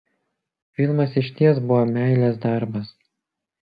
filmas išties buvo meilės darbas